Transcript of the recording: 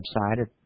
website